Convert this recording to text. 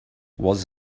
was